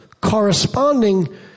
corresponding